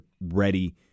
ready